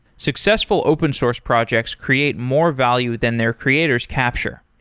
successful open source projects create more value than their creators capture,